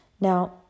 Now